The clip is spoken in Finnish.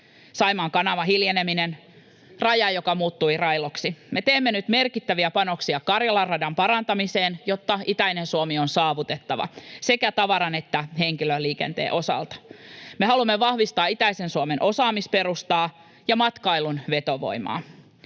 Saimaan kanavan hiljeneminen, raja, joka muuttui railoksi. Me teemme nyt merkittäviä panostuksia Karjalan radan parantamiseen, jotta itäinen Suomi on saavutettava sekä tavaran että henkilöliikenteen osalta. Me haluamme vahvistaa itäisen Suomen osaamisperustaa ja matkailun vetovoimaa.